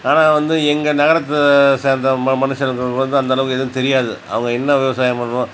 ஆனால் வந்து எங்கள் நகரத்தை சேர்ந்த மனுசங்களுக்கு வந்து அந்தளவுக்கு எதுவும் தெரியாது அவங்க என்ன விவசாயம் பண்ணுறோம்